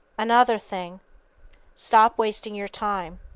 another thing stop wasting your time.